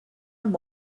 and